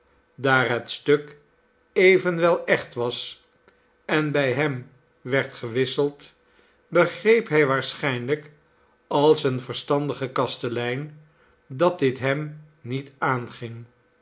daar het stuk evenwel echt was en bij hem werd gewisseld begreep hij waarschijnhjk als een verstandige kastelein dat dit hem niet aanging